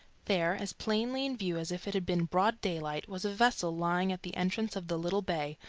there, as plainly in view as if it had been broad daylight, was a vessel lying at the entrance of the little bay.